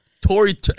tory